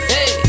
Hey